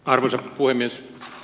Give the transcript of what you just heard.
arvoisa puhemies